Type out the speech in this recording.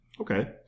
Okay